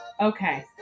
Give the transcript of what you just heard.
Okay